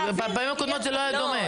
בפעמים הקודמות זה לא היה דומה.